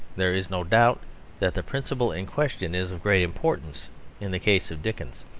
there is no doubt that the principle in question is of great importance in the case of dickens,